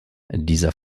dieser